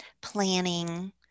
planning